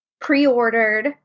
pre-ordered